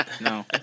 No